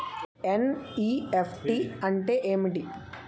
NEFT అంటే ఏమిటి?